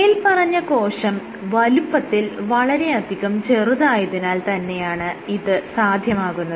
മേല്പറഞ്ഞ കോശം വലുപ്പത്തിൽ വളരെയധികം ചെറുതായതിനാൽ തന്നെയാണ് ഇത് സാധ്യമാകുന്നത്